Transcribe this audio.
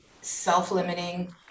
self-limiting